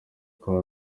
uko